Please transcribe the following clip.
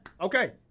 okay